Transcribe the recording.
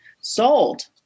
sold